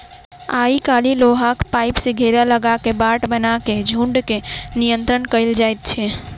आइ काल्हि लोहाक पाइप सॅ घेरा लगा क बाट बना क झुंड के नियंत्रण कयल जाइत छै